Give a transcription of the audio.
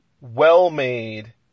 well-made